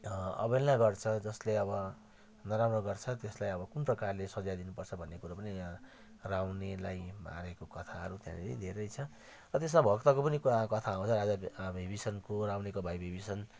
अवहेलना गर्छ जसले अब नराम्रो गर्छ त्यसलाई अब कुन प्रकारले सजाय दिनुपर्छ भन्ने कुरो पनि यहाँ रावन्नेलाई मारेको कथाहरू त्याँनेरि धेरै छ र त्यसमा भक्तको पनि को कथा आउँछ राजा विभिषणको रावन्नेको भाइ विभिषण